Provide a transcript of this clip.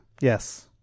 Yes